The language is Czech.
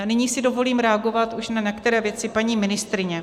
Nyní si dovolím reagovat už na některé věci paní ministryně.